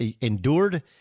endured